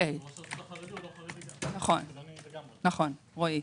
רועי חילוני.